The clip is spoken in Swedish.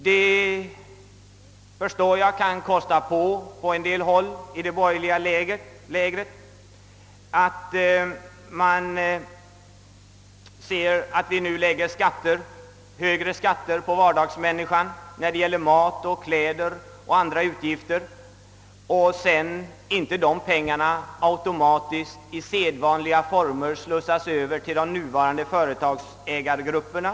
Jag förstår att det kan kosta på litet på vissa håll i det borgerliga lägret att behöva se, att vi nu lägger högre skatt på den mat, de kläder och andra förnödenheter som vardagsmänniskan behöver utan att i sedvanliga former automatiskt slussa över dessa pengar till de nuvarande företagsägargrupperna.